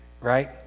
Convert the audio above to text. right